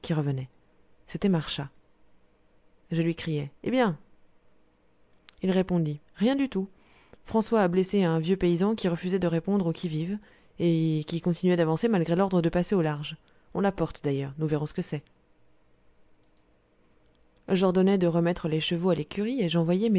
revenait c'était marchas je lui criai eh bien il répondit rien du tout françois a blessé un vieux paysan qui refusait de répondre au qui vive et qui continuait d'avancer malgré l'ordre de passer au large on l'apporte d'ailleurs nous verrons ce que c'est j'ordonnai de remettre les chevaux à l'écurie et